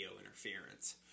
interference